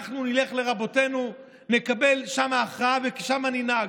אנחנו נלך לרבותינו, נקבל שם הכרעה וכך ננהג.